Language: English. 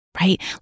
right